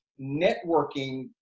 networking